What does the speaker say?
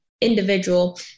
individual